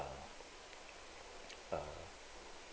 err